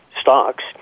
stocks